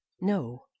no